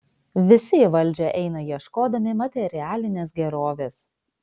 visi į valdžią eina ieškodami materialinės gerovės